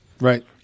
Right